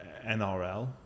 NRL